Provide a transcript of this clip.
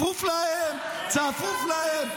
כליאה לנוח'בות --- צפוף, נכון, צפוף להם.